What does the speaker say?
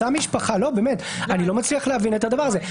אני לא מצליח להבין את הדבר הזה.